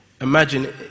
imagine